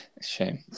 Shame